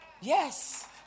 Yes